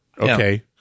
Okay